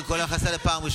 השר, השר, אני אטפל בהם.